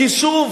כי שוב